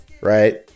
right